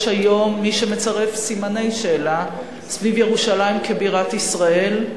היום מי שמצרף סימני שאלה סביב ירושלים כבירת ישראל.